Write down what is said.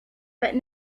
but